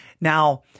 Now